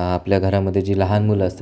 आपल्या घरामध्ये जी लहान मुलं असतात